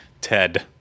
Ted